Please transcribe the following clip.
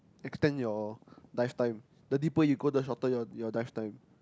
extend your lifetime the deeper you go the shorter your your lifetime